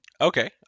okay